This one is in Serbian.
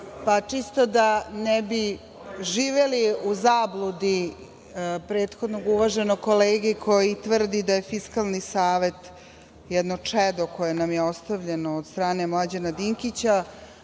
da ne bi živeli u zabludi prethodnog uvaženog kolege koji tvrdi da je Fiskalni savet jedno čedo koje nam je ostavljeno od strane Mlađana Dinkića,